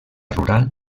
rural